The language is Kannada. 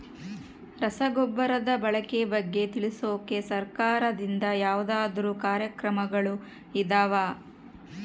ರಸಗೊಬ್ಬರದ ಬಳಕೆ ಬಗ್ಗೆ ತಿಳಿಸೊಕೆ ಸರಕಾರದಿಂದ ಯಾವದಾದ್ರು ಕಾರ್ಯಕ್ರಮಗಳು ಇದಾವ?